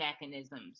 mechanisms